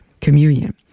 communion